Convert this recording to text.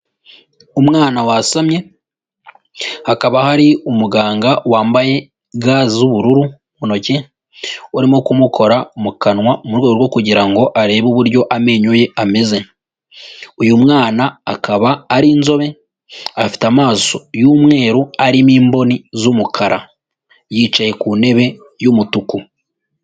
Umwana wasamye hakaba hari umuganga wambaye ga z'ubururu mu ntoki, urimo kumukora mu kanwa mu rwego rwo kugira ngo arebe uburyo amenyo ye ameze. Uyu mwana akaba ari inzobe, afite amaso y'umweru arimo imboni z'umukara, yicaye ku ntebe y'umutuku.